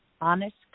honest